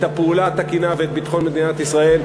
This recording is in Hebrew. הפעולה התקינה ואת ביטחון מדינת ישראל,